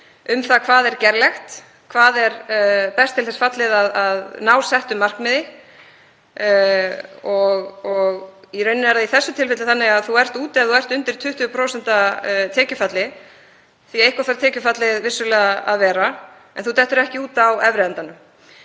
um það hvað er gerlegt, hvað er best til þess fallið að ná settu markmiði. Í þessu tilfelli er það í rauninni þannig að þú ert úti ef þú ert undir 20% tekjufalli, því að eitthvert þarf tekjufallið vissulega að vera, en þú dettur ekki út á efri endanum.